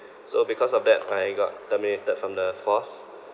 so because of that I got terminated from the force